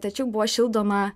tačiau buvo šildoma